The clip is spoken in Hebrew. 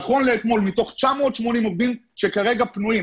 נכון לאתמול מתוך 980 עובדים שכרגע פנויים,